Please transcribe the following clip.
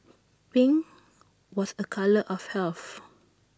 pink was A colour of health